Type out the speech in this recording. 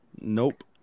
Nope